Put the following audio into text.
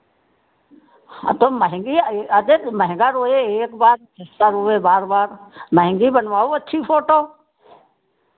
हाँ तो महंगी अरे तो महंगा रोए एक बार सस्ता रोए बार बार महंगी बनवाओ अच्छी फ़ोटो